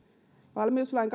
valmiuslain